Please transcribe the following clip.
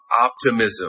optimism